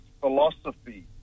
philosophy